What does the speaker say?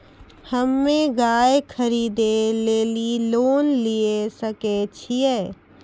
हम्मे गाय खरीदे लेली लोन लिये सकय छियै?